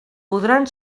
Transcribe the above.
podran